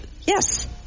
Yes